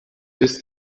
ist